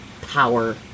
power